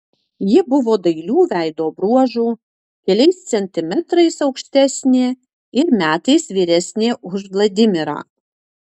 ji buvo dailių veido bruožų keliais centimetrais aukštesnė ir metais vyresnė už vladimirą